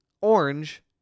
orange